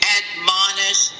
admonish